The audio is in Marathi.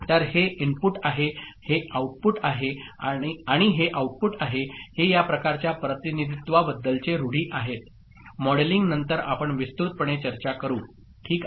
तर हे इनपुट आहे आणि हे आऊटपुट आहे हे या प्रकारच्या प्रतिनिधित्वाबद्दलचे रुढी आहेत मॉडेलिंग नंतर आपण विस्तृतपणे चर्चा करू ठीक आहे